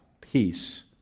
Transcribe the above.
peace